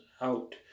out